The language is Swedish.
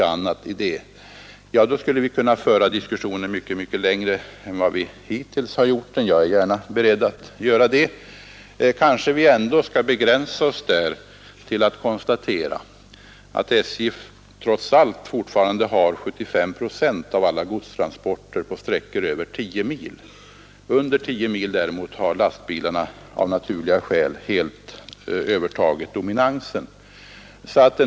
Om vi tar upp de frågorna skulle vi kunna föra diskussionen mycket längre än vi hittills har gjort. Jag är gärna beredd att göra det, men kanske vi ändå skall begränsa oss till att konstatera att SJ trots allt fortfarande har 75 procent av alla godstransporter på sträckor över 10 mil. På sträckor under 10 mil dominerar däremot lastbilarna av naturliga skäl.